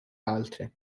altre